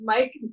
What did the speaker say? Mike